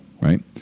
Right